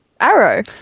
arrow